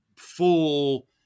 full